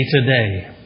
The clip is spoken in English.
today